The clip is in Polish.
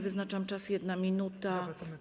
Wyznaczam czas - 1 minuta.